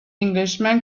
englishman